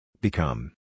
Become